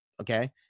okay